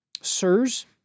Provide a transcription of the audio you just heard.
sirs